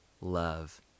love